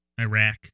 Iraq